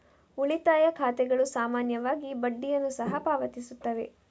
ಉಳಿತಾಯ ಖಾತೆಗಳು ಸಾಮಾನ್ಯವಾಗಿ ಬಡ್ಡಿಯನ್ನು ಸಹ ಪಾವತಿಸುತ್ತವೆ